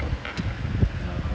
wait wait I see the thing first